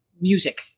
music